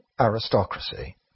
aristocracy